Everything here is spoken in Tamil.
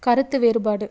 கருத்து வேறுபாடு